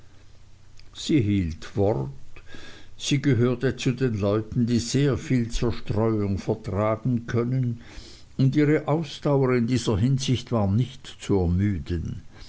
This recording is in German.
sie hielt wort sie gehörte zu den leuten die sehr viel zerstreuung vertragen können und ihre ausdauer in dieser hinsicht war nicht zu ermüden